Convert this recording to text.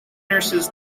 nurses